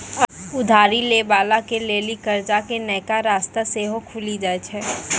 उधारी लै बाला के लेली कर्जा के नयका रस्ता सेहो खुलि जाय छै